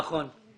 נכון.